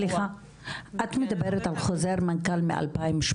סליחה, את מדברת על חוזר מנכ"ל מ-2018.